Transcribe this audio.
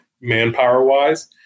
manpower-wise